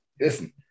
Listen